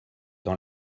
dans